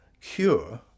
cure